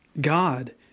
God